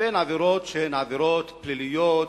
בין עבירות שהן עבירות פליליות,